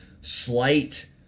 slight